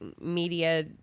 media